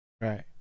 Right